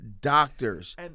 doctors